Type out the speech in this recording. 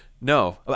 No